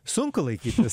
sunku laikytis